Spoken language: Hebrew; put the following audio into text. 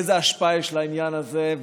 איזו השפעה יש לעניין הזה,